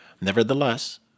Nevertheless